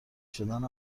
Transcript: شدن